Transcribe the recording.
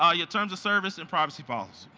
ah your terms of service and privacy policy.